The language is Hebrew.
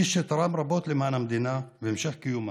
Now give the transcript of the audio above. איש שתרם רבות למען המדינה והמשך קיומה.